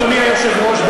אדוני היושב-ראש,